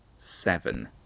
seven